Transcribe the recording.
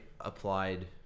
applied